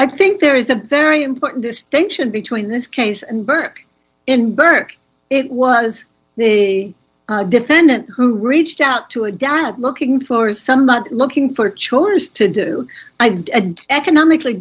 i think there is a very important distinction between this case and burke in burke it was the defendant who reached out to a dad looking for some money looking for chores to do i think economically